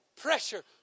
pressure